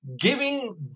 giving